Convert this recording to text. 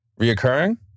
reoccurring